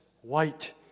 white